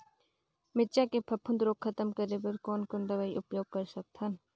मिरचा के फफूंद रोग खतम करे बर कौन कौन दवई उपयोग कर सकत हन?